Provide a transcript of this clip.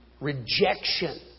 rejection